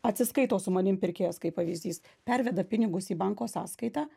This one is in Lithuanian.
atsiskaito su manim pirkėjas kaip pavyzdys perveda pinigus į banko sąskaitą